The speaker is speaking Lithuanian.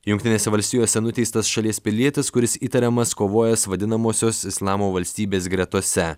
jungtinėse valstijose nuteistas šalies pilietis kuris įtariamas kovojęs vadinamosios islamo valstybės gretose